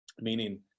meaning